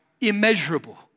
immeasurable